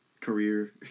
career